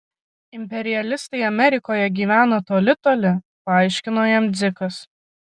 imperialistai amerikoje gyvena toli toli paaiškino jam dzikas